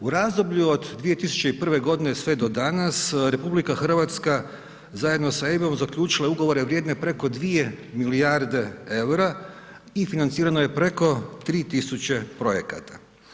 U razdoblju od 2001. godine sve do danas, RH zajedno sa EIB-om zaključila je ugovore vrijedne preko 2 milijarde eura i financirano je preko 3 tisuće projekata.